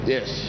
Yes